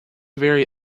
very